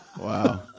wow